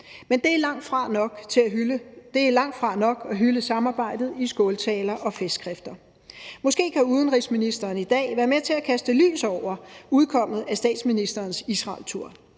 Men det er langtfra nok at hylde samarbejdet i skåltaler og festskrifter. Måske kan udenrigsministeren i dag være med til at kaste lys over udkommet af statsministerens Israeltur